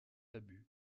abus